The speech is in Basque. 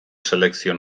selekzio